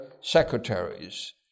secretaries